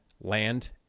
land